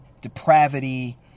depravity